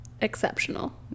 exceptional